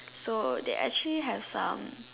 so they actually have some